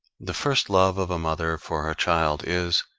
the first love of a mother for her child is,